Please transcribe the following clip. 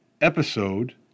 episode